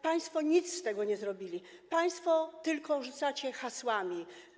Państwo nic z tego nie zrobili, państwo tylko rzucacie hasłami.